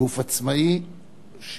גוף עצמאי.